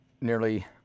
Nearly